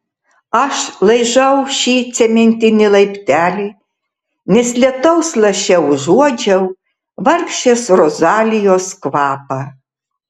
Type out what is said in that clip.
aš laižau šį cementinį laiptelį nes lietaus laše užuodžiau vargšės rozalijos kvapą